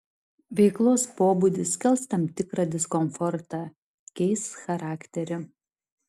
veiklos pobūdis kels tam tikrą diskomfortą keis charakterį